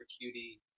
Cutie